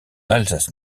alsace